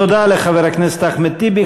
תודה לחבר הכנסת אחמד טיבי.